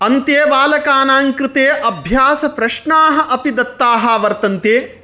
अन्ते बालकानां कृते अभ्यासप्रश्नाः अपि दत्ताः वर्तन्ते